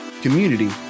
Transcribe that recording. community